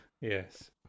yes